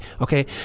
Okay